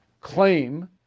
claim